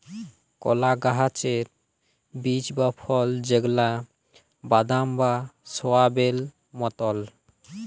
কলা গাহাচের বীজ বা ফল যেগলা বাদাম বা সয়াবেল মতল